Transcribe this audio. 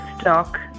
stock